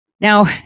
Now